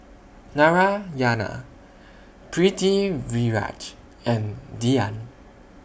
Narayana Pritiviraj and Dhyan